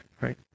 right